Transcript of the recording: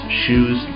shoes